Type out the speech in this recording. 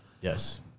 yes